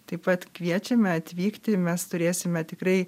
taip pat kviečiame atvykti mes turėsime tikrai